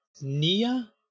nia